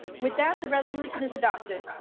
with that the resolution is adopted.